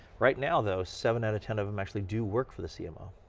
right now though seven out of ten of them actually do work for the cmo,